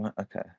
Okay